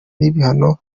n’ibihano